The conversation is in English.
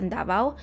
Davao